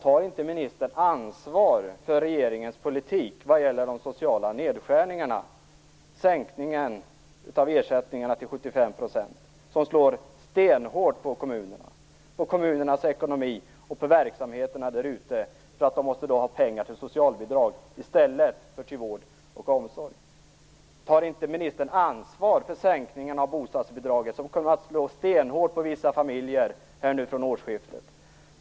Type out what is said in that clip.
Tar inte ministern ansvar för regeringens politik vad gäller de sociala nedskärningarna - sänkningen av ersättningarna till 75 %- som slår stenhårt på kommunernas ekonomi och på verksamheterna där ute? Då måste kommunerna ha pengar till socialbidrag i stället för till vård och omsorg. Tar inte ministern ansvar för sänkningen av bostadsbidraget, som kommer att slå stenhårt för vissa familjer nu från årsskiftet?